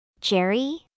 Jerry